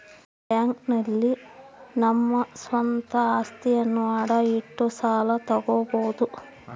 bank ನಲ್ಲಿ ನಮ್ಮ ಸ್ವಂತ ಅಸ್ತಿಯನ್ನ ಅಡ ಇಟ್ಟು ಸಾಲ ತಗೋಬೋದು